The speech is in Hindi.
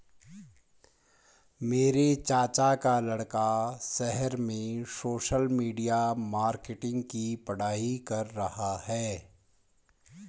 मेरे चाचा का लड़का शहर में सोशल मीडिया मार्केटिंग की पढ़ाई कर रहा है